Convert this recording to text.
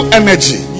energy